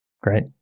Great